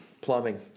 Plumbing